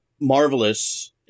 marvelous